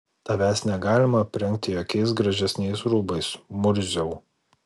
tavęs negalima aprengti jokiais gražesniais rūbais murziau